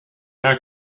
air